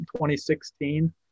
2016